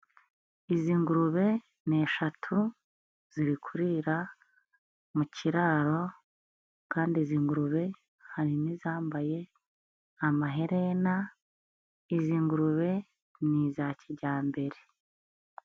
Izi ngurube ni eshatu zirikurira mu kiraro kandi izi ngurube harimo izambaye amaherena, izi ngurube ni iza kijyambere.